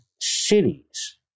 cities